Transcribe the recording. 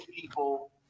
people